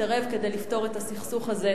יתערב כדי לפתור את הסכסוך הזה,